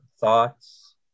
Thoughts